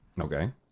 Okay